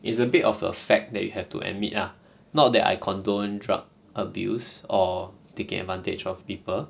it's a bit of a fact that you have to admit ah not that I condone drug abuse or taking advantage of people